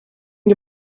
you